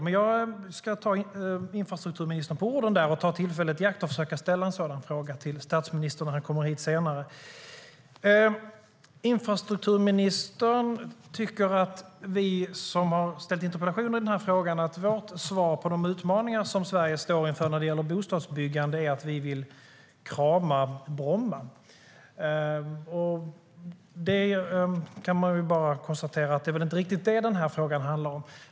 Men jag ska ta infrastrukturministern på orden och ta tillfället i akt att försöka ställa frågan till statsministern när han kommer hit senare. Infrastrukturministern tycker att vi som har ställt interpellationer i den här frågan, när det gäller de utmaningar som Sverige står inför när det gäller bostadsbyggande, vill krama Bromma. Det är väl inte riktigt det som den här frågan handlar om.